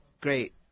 great